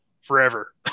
forever